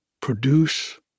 produce